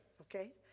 Okay